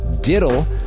Diddle